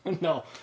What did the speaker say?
No